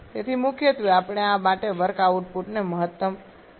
તેથી મુખ્યત્વે આપણે આ માટે વર્ક આઉટપુટને મહત્તમ કરવા માટે જઈએ છીએ